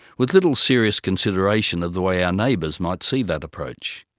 with little serious consideration of the way our neighbours might see that approach.